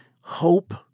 hope—